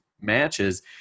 matches